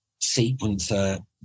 sequencer